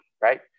right